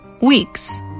Weeks